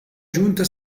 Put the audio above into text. giunta